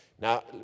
Now